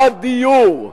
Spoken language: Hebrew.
דיור.